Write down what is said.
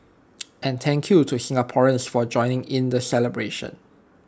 and thank you to Singaporeans for joining in the celebrations